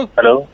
Hello